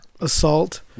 assault